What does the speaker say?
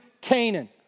Canaan